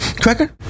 cracker